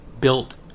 built